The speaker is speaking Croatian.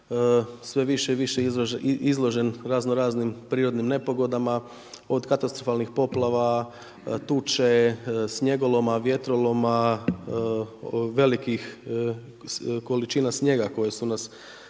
sve više i više izložen razno raznim prirodnim nepogodama, od katastrofalnih poplava, tuče, snijegoloma, vjetroloma, velikih količina snijega koje su nas također